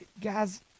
guys